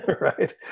right